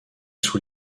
sous